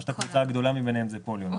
פשוט הקבוצה הגדולה מביניהם זה פוליו.